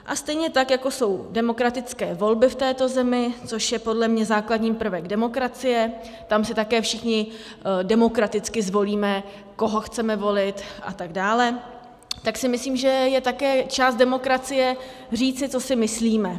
A stejně tak, jako jsou demokratické volby v této zemi, což je podle mě základní prvek demokracie, tam si také všichni demokraticky zvolíme, koho chceme volit atd., tak si myslím, že je také část demokracie říct si, co si myslíme.